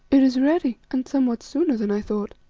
it is ready and somewhat sooner than i thought,